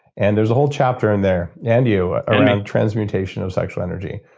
and there's a whole chapter in there, and you, around transmutation of sexual energy.